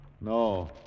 No